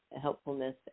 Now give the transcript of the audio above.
helpfulness